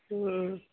ও